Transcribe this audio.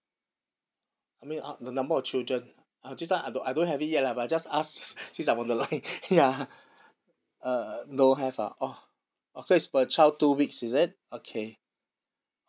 I mean uh the number of children I just want to I don't I don't have it yet lah but just ask since I'm on the line yeah uh don't have ah orh okay it's per child two weeks is it okay